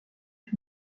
âge